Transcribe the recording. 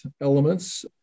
elements